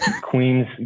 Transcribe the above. Queens